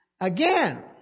again